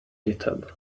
github